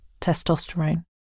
testosterone